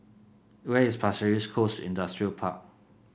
where is Pasir Ris Coast Industrial Park